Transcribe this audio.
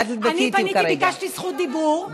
אני פניתי וביקשתי זכות דיבור,